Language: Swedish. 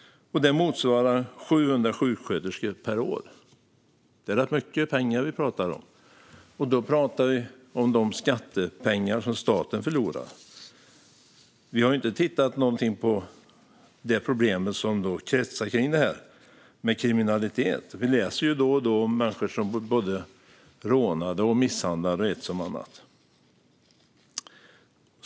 Det motsvarar 700 sjuksköterskor per år. Det är rätt mycket pengar vi pratar om, och då pratar vi om de skattepengar som staten förlorar. Vi har inte tittat på problemet med kriminalitet som kretsar kring detta. Vi läser då och då om människor som blir både rånade och misshandlade.